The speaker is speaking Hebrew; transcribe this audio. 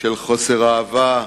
של חוסר אהבה,